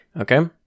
Okay